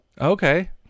Okay